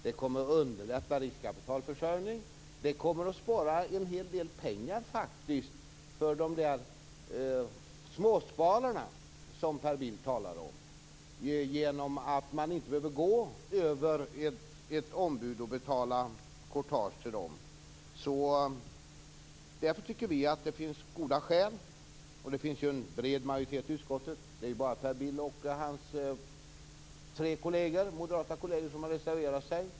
Det kommer att underlätta riskkapitalförsörjningen och det kommer att spara en hel del pengar för de småsparare som Per Bill talar om. De behöver inte gå via ombud och betala courtage till dem. Det finns en bred majoritet i utskottet. Det är bara Per Bill och hans tre moderata kolleger som har reserverat sig.